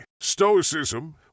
Stoicism